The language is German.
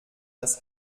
das